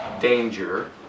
danger